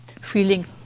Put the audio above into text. Feeling